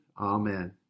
Amen